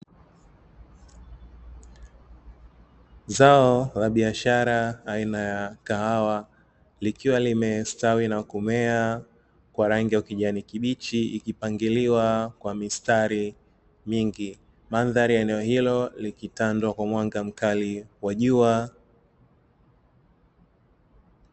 Zao la biashara aina ya kahawa, likiwa limestawi na kumea kwa rangi ya ukijani kibichi, ikipangiliwa kwa mistari mingi. Mandhari ya eneo hilo likitandwa kwa mwanga mkali wa jua.